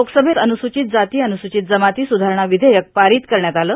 लोकसभेत अनुसूचित जाती अनुसूचित जमाती सुधारणा विधेयक पारित करण्यात आलं